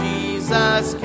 Jesus